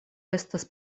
estas